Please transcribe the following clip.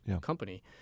company